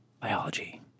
biology